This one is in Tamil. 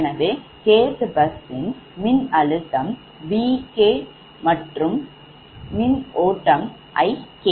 எனவே 𝑘𝑡ℎ பஸ்யின் மின்னழுத்தம் Vk மற்றும் மின்னோட்டம் Ik